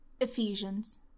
Ephesians